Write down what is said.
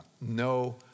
no